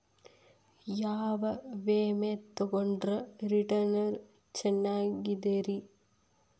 ಯಾವ ವಿಮೆ ತೊಗೊಂಡ್ರ ರಿಟರ್ನ್ ಚೆನ್ನಾಗಿದೆರಿ?